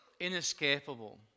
inescapable